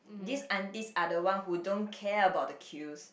these aunties are the one who don't care about the queues